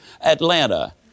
Atlanta